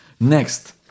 Next